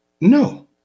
No